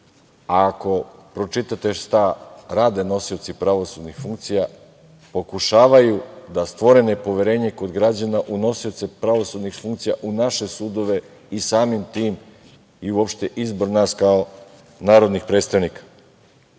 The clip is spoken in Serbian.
ako pročitate šta rade nosioci pravosudnih funkcija, pokušavaju da stvore nepoverenje kod građana u nosioce pravosudnih funkcija u naše sudove i samim tim i uopšte izbor nas kao narodnih predstavnika. Sudija